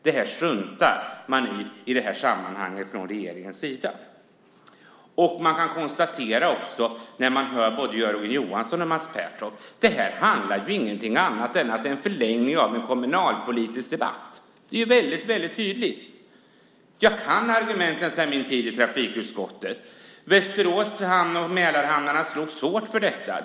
Regeringen struntar i detta. När man hör Jörgen Johansson och Mats Pertoft kan man konstatera att detta inte handlar om något annat än en förlängning av en kommunalpolitisk debatt. Det är väldigt tydligt. Jag kan argumenten sedan min tid i trafikutskottet. Västerås hamn och Mälarhamnarna slogs hårt för detta.